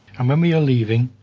and when we are leaving,